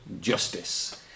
justice